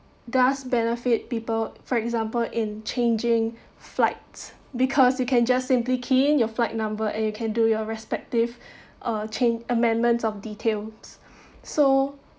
does benefit people for example in changing flights because you can just simply key in your flight number and you can do your respective uh chan~ amendments of details so